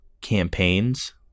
campaigns